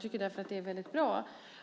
Det är därför väldigt bra